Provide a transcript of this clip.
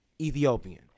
Ethiopian